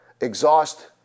exhaust